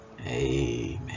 amen